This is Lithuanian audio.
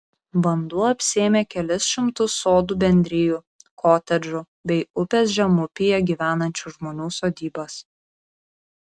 vanduo apsėmė kelis šimtus sodų bendrijų kotedžų bei upės žemupyje gyvenančių žmonių sodybas